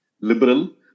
liberal